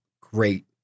great